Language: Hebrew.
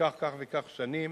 ייקח כך וכך שנים,